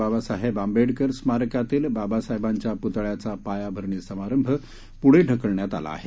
बाबासाहेब आंबेडकर स्मारकातील बाबासाहेबांच्या पुतळ्याचा पायाभरणी सभारंभ पुढे ढकलण्यात आला आहे